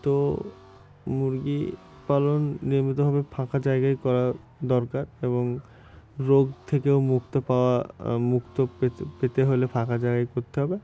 তো মুরগি পালন নিয়মিতভাবে ফাঁকা জায়গায় করা দরকার এবং রোগ থেকেও মুক্ত পাওয়া মুক্ত পেতে পেতে হলে ফাঁকা জায়গায় করতে হবে